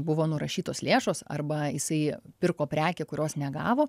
buvo nurašytos lėšos arba jisai pirko prekę kurios negavo